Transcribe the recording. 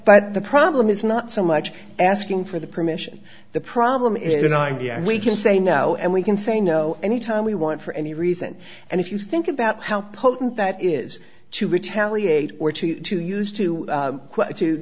but the problem is not so much asking for the permission the problem is that i'm young we can say no and we can say no anytime we want for any reason and if you think about how potent that is to retaliate or to you to use to